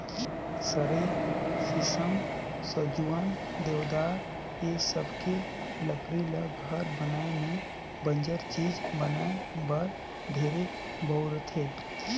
सरई, सीसम, सजुवन, देवदार ए सबके लकरी ल घर बनाये में बंजर चीज बनाये बर ढेरे बउरथे